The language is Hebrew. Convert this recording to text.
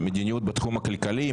מדיניות בתחום הכלכלי,